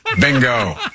Bingo